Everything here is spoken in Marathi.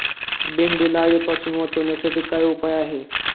भेंडीला अळीपासून वाचवण्यासाठी काय उपाय आहे?